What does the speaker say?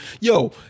Yo